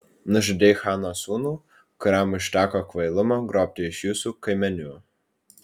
nužudei chano sūnų kuriam užteko kvailumo grobti iš jūsų kaimenių